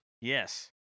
Yes